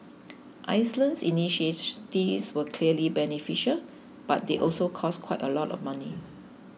Iceland's initiatives were clearly beneficial but they also cost quite a bit of money